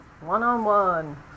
one-on-one